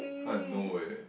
how I know eh